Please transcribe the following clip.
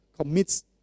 commits